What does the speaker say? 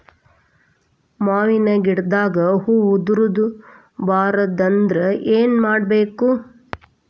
ಮಾವಿನ ಗಿಡದಾಗ ಹೂವು ಉದುರು ಬಾರದಂದ್ರ ಏನು ಮಾಡಬೇಕು?